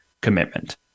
commitment